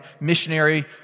missionary